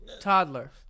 toddler